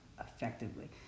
effectively